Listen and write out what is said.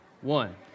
one